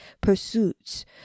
pursuits